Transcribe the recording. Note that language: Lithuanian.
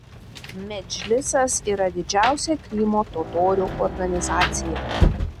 medžlisas yra didžiausia krymo totorių organizacija